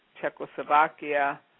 Czechoslovakia